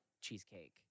cheesecake